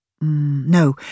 No